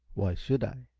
why should i?